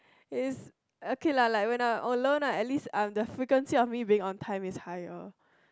is okay lah like when I'm alone lah at least um the frequency of being on time is higher